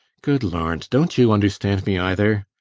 good lord don't you understand me either?